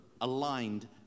aligned